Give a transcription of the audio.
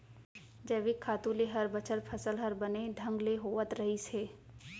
जैविक खातू ले हर बछर फसल हर बने ढंग ले होवत रहिस हे